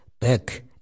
back